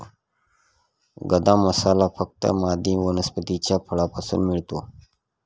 गदा मसाला फक्त मादी वनस्पतीच्या फळापासून मिळतो